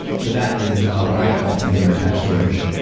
so that is what i call container attached storage.